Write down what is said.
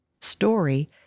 story